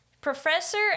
Professor